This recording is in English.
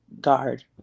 guard